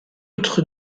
autre